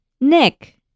Nick